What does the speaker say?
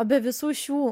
o be visų šių